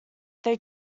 they